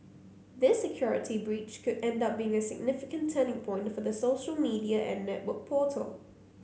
this security breach could end up being a significant turning point for the social media and network portal